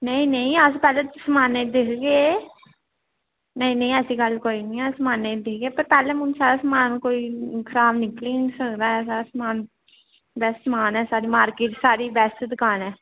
नेईं नेईं अस पैह्ले समानै ई दिखगे नेईं नेईं ऐसी गल्ल कोई नी ऐ अस सामान दिखगे पर पैह्ले समान कोई ख़राब निकली नी सकदा ऐ साढ़ा सामान बेस्ट समान ऐ साढ़ी मार्किट च साढ़ी बेस्ट दकान ऐ